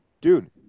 Dude